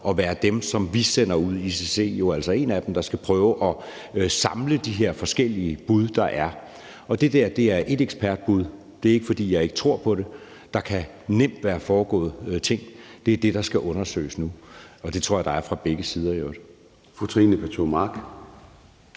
at være dem, som vi sender ud – ICC er jo altså en af dem – og som skal prøve at samle de her forskellige bud, der er. Det der er ét ekspertbud, og det er ikke, fordi jeg ikke tror på det; der kan nemt være foregået ting, og det tror jeg der er fra begge sider i